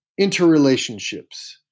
interrelationships